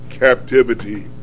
captivity